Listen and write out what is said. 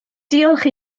diolch